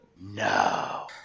No